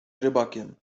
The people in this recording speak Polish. rybakiem